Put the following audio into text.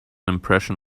impression